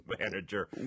manager